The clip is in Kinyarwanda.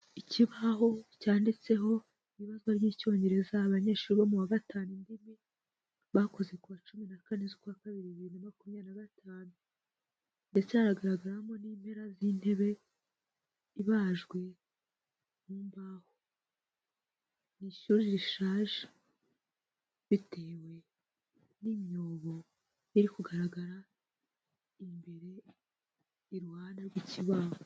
Ikibaho cyanditseho ibibazo by'Icyongereza abanyeshuri bo mu wa gatanu indimi bakoze kuwa cumi na kane z'ukwa kabiri bibiri na makumyabiri na gatanu, ndetse hagaragaramo n'impera z'intebe ibajwe mu imbaho, ni ishuri rishaje bitewe n'imyobo iri kugaragara imbere iruhande rw'ikibaho.